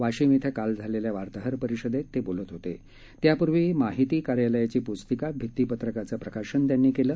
वाशिम धिं काल झालच्चा वार्ताहर परिषदर्श ता शोलत होत त्यापूर्वी माहिती कार्यालयाची पुस्तिकाभीत्ती पत्रकाचं प्रकाशन त्यांनी कवि